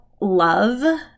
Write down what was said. love